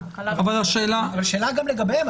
השאלה גם לגביהם.